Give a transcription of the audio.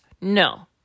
No